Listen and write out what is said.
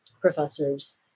professors